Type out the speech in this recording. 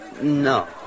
No